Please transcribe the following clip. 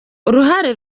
uruhare